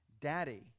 Daddy